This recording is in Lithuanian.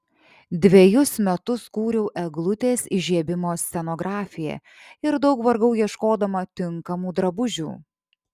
dvejus metus kūriau eglutės įžiebimo scenografiją ir daug vargau ieškodama tinkamų drabužių